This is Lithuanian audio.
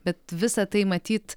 bet visa tai matyt